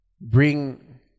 bring